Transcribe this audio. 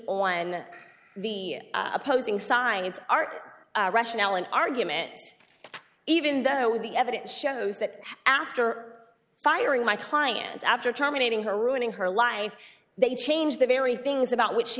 on the opposing sides are rational an argument even though the evidence shows that after firing my client after terminating her ruining her life they changed the very things about which she